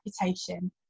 reputation